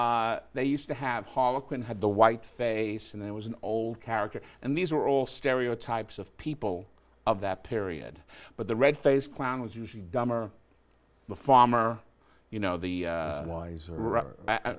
that they used to have harlequin had the white and there was an old character and these are all stereotypes of people of that period but the red faced clown was usually dumber the farmer you know the